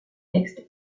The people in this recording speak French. texte